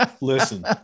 Listen